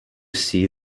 see